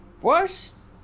worse